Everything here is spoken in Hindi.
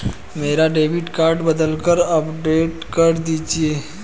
मेरा डेबिट कार्ड बदलकर अपग्रेड कर दीजिए